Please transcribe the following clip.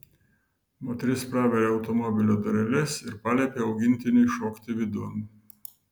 moteris praveria automobilio dureles ir paliepia augintiniui šokti vidun